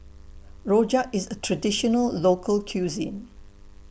Rojak IS A Traditional Local Cuisine